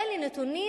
אלה נתונים